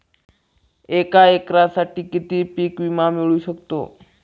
एका एकरसाठी किती पीक विमा मिळू शकतो?